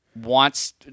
wants